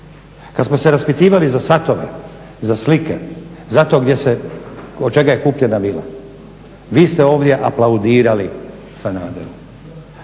kad smo se raspitivali za satove, za slike, za to od čega je kupljena vila vi ste ovdje aplaudirali Sanaderu.